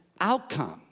outcome